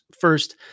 First